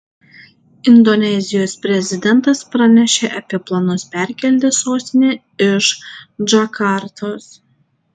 indonezijos prezidentas pranešė apie planus perkelti sostinę iš džakartos